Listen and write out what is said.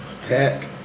Tech